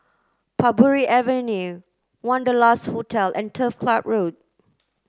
Parbury Avenue Wanderlust Hotel and Turf Club Road